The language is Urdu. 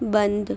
بند